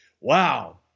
Wow